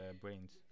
brains